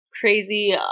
crazy